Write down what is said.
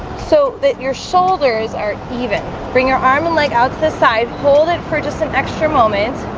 so that your shoulders aren't even bring your arm and leg out to the side hold it for just an extra moment